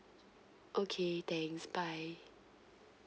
okay thanks bye